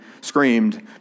screamed